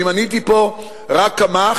אני מניתי פה רק כמה.